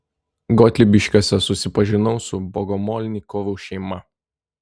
gotlybiškiuose susipažinau su bogomolnikovų šeima